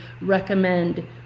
recommend